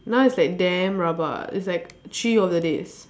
now it's like damn rabak it's like three of the days